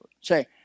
Say